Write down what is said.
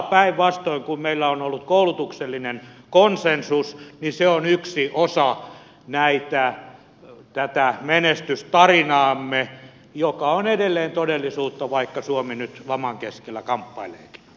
päinvastoin kun meillä on ollut koulutuksellinen konsensus niin se on yksi osa tätä menestystarinaamme joka on edelleen todellisuutta vaikka suomi nyt laman keskellä kamppaileekin